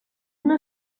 una